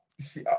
see